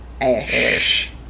ash